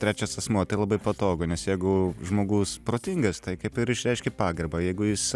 trečias asmuo tai labai patogu nes jeigu žmogus protingas tai kaip ir išreiški pagarbą o jeigu jis